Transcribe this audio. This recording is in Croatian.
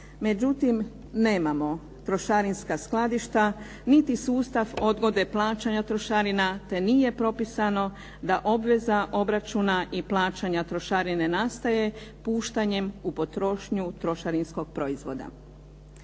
međutim nemamo trošarinska skladišta niti sustav odgode plaćanja trošarina te nije propisano da obveza obračuna i plaćanja trošarine nastaje puštanjem u potrošnju trošarinskog proizvoda.